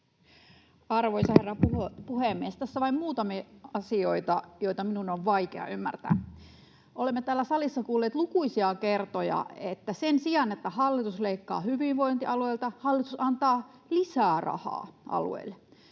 Arvoisa herra puhemies! Tässä vain muutamia asioita, joita minun on vaikea ymmärtää: Olemme täällä salissa kuulleet lukuisia kertoja, että sen sijaan, että hallitus leikkaa hyvinvointialueilta, hallitus antaa lisää rahaa alueille.